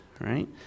right